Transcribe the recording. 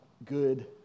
Good